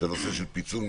שהנושא של פיצול משפחות,